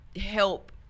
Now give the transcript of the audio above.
help